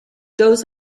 goes